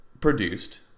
produced